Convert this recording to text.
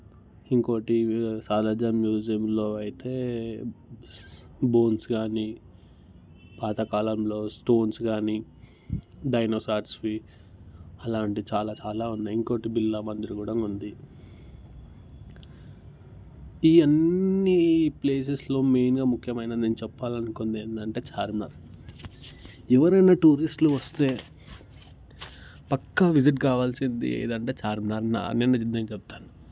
ఇంకొకటి సాలార్జంగ్ మ్యూజియంలో అయితే డోర్స్ కానీ పాతకాలంలో స్టోన్స్ కానీ డైనోసార్స్వి అలాంటివి చాలా చాలా ఉన్నాయి ఇంకొకటి బిర్లా మందిర్ కూడా ఉంది ఇవన్నీ ప్లేసెస్లో మెయిన్గా ముఖ్యమైన నేను చెప్పాలనుకున్నది ఏంటంటే చార్మినార్ ఎవరైనా టూరిస్టులు వస్తే పక్కా విజిట్ కావలసింది ఏంటంటే చార్మినార్ అని నేను చెప్తాను